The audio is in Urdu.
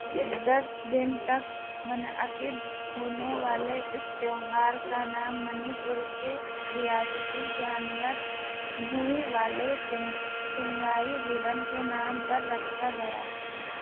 دس دن تک منعقد ہونے والے اس تہوار کا نام منی پور کے ریاستی جانور بھوئیں والے سنگائی ہرن کے نام پر رکھا گیا ہے